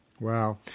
Wow